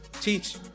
teach